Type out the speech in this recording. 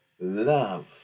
love